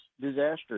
disaster